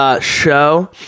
show